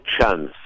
chance